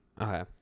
okay